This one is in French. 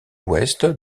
ouest